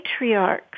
matriarchs